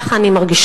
כך אני מרגישה.